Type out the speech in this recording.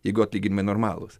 jeigu atlyginimai normalūs